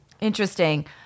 Interesting